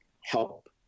help